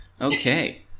Okay